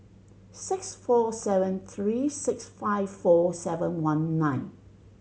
six four seven three six five four seven one nine